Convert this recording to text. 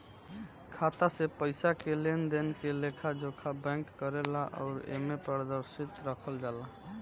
खाता से पइसा के लेनदेन के लेखा जोखा बैंक करेले अउर एमे पारदर्शिता राखल जाला